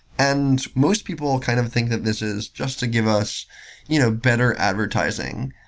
and most people kind of think that this is just to give us you know better advertising.